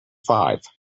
five